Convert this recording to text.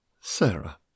Sarah